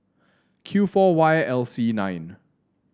Q four Y L C nine